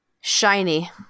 Shiny